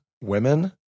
women